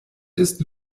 ist